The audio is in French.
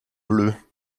bleues